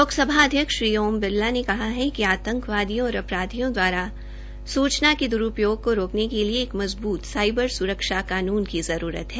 लोकसभा अध्यक्ष श्री ओम बिरला ने कहा है कि आंतकवादियों और अपराधियों दवारा सुचना के द्रूपयोग को रोकने के लिए एक मजबूत साईबर स्रक्षा कानून की आवश्यकता है